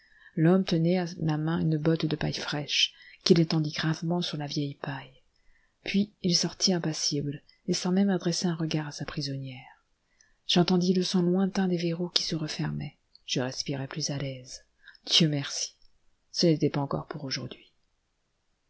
l'homme tenait à la main une botte de paille fraîche qu'il étendit gravement sur la vieille paille puis il sortit impassible et sans même adresser un regard à sa prisonnière j'entendis le son lointain des verroux qui se refermaient je respirai plus à l'aise dieu merci ce n'était pas encore pour aujourd'hui